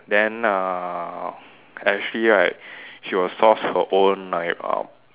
then uh Ashley right she will source her own like uh